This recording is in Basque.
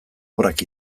obrak